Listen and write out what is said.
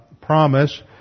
promise